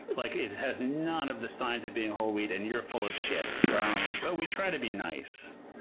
like it has none of the signs of being whole wheat and you're full of shit. but we try to be nice.